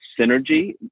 synergy